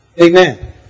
Amen